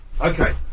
okay